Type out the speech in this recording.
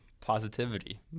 positivity